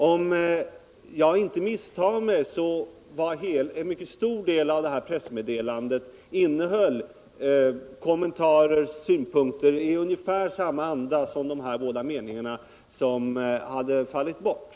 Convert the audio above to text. Om jag inte misstar mig innehöll detta pressmeddelande kommentarer och synpunkter i ungefär samma anda som de båda meningar vilka fallit bort.